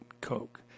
Coke